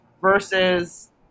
versus